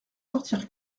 sortir